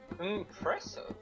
impressive